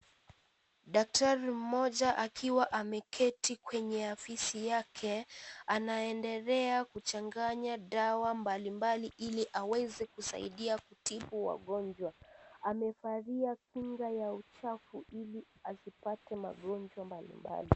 Daktari mmoja akiwa ameketi kwenye afisi yake anaendelea kuchanganya dawa mbali mbali ili aweze kusaidia kutibu wagonjwa, amevalia kinga ya uchafu ili asipate magonjwa mbali mbali.